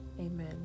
Amen